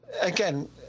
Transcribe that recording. Again